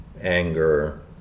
anger